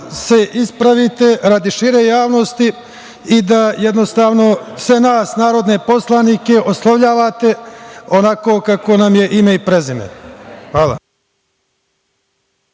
se ispravite radi šire javnosti i da jednostavno sve nas narodne poslanike oslovljavate onako kako nam je ime i prezime. Hvala.